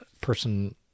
person